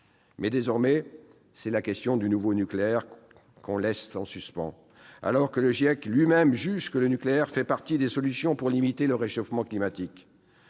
Mais, désormais, c'est la question du nouveau nucléaire qu'on laisse en suspens, alors que le GIEC juge lui-même que le nucléaire fait partie des solutions pour limiter le réchauffement climatique.